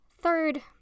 Third